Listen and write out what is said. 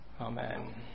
Amen